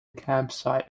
campsite